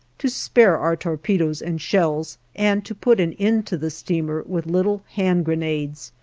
to spare our torpedoes and shells and to put an end to the steamer with little hand grenades.